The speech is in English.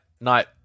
Night